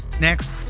Next